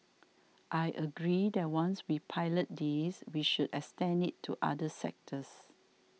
I agree that once we pilot this we should extend it to other sectors